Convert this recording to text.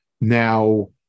now